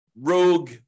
rogue